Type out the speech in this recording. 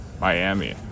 miami